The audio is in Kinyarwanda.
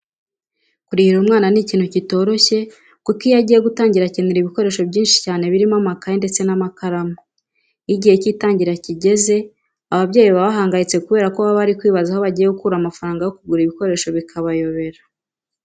Kurihira umwana ni ikintu kitoroshye kuko iyo agiye gutangira akenera ibikoresho byinshi cyane birimo amakayi ndetse n'amakaramu. Iyo igihe cy'itangira kigeze ababyeyi baba bahangayitse kubera ko baba bari kwibaza aho bagiye gukura amafaranga yo kugura ibikoresho bikabayobera.